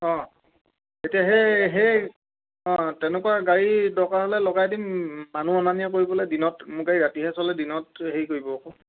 অঁ এতিয়া সেই সেই অঁ তেনেকুৱা গাড়ী দৰকাৰ হ'লে লগাই দিম মানুহ অনা নিয়া কৰিবলৈ দিনত মোৰ গাড়ী ৰাতিহে চলে দিনত হেৰি কৰিব আকৌ